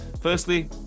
firstly